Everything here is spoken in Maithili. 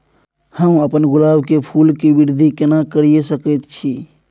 हम अपन गुलाब के फूल के वृद्धि केना करिये सकेत छी?